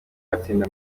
batsinda